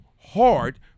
hard